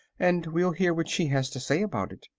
and we'll hear what she has to say about it.